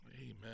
Amen